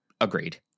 Agreed